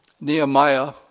Nehemiah